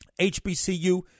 HBCU